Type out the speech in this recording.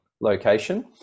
location